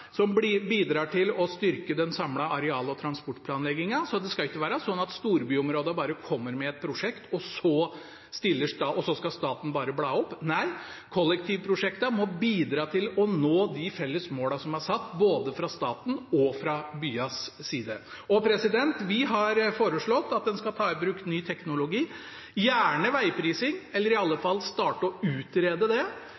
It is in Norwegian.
bidrar til å styrke den samlede areal- og transportplanleggingen. Det skal ikke være sånn at storbyområdene kommer med et prosjekt, og så skal staten bare bla opp. Nei, kollektivprosjektene må bidra til å nå de felles målene som er satt, fra både statens og byenes side. Vi har foreslått at en skal ta i bruk ny teknologi, gjerne vegprising, eller i alle